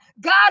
God